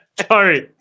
Sorry